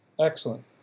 Excellent